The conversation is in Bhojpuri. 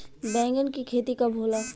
बैंगन के खेती कब होला?